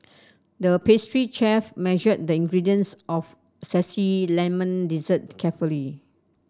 the pastry chef measured the ingredients of zesty lemon dessert carefully